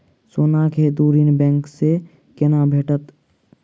सोनाक हेतु ऋण बैंक सँ केना भेटत?